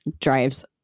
drives